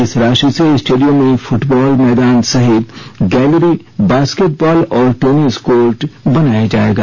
इस राशि से स्टेडियम में फूटबॉल मैदान सहित गैलरी बॉस्केटबॉल और टेनिस कोर्ट बनाया जाएगा